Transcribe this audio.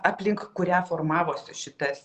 aplink kurią formavosi šitas